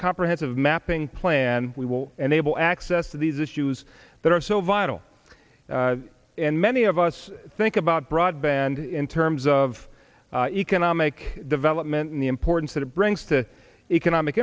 comprehensive mapping plan we will enable access to these issues that are so vital and many of us think about broadband in terms of economic development and the importance that it brings to economic